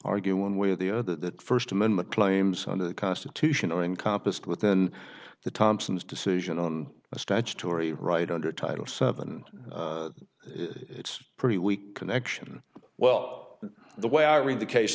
argue one way or the other that first amendment claims under the constitution are encompassed within the thompsons decision on a statutory right under title seven it's pretty weak connection well the way i read the case